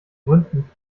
gründen